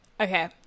Okay